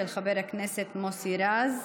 של חבר הכנסת מוסי רז.